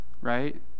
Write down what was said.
right